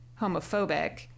homophobic